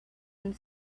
and